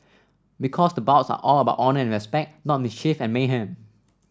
because the bouts are all about honour and respect not mischief and mayhem